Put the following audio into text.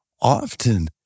often